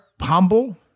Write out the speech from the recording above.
humble